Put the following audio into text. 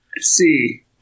see